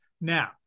now